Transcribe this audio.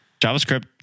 JavaScript